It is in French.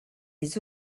les